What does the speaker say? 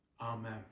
amen